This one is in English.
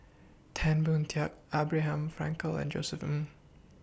Tan Boon Teik Abraham Frankel and Josef Ng